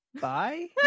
Bye